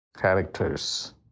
characters